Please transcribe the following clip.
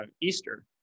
Easter